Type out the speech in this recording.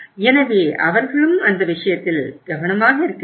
எனவே அவர்களும் அந்த விஷயத்தில் கவனமாக இருக்க வேண்டும்